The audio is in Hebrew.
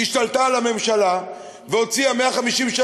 השתלטה על הממשלה והוציאה 150 מיליון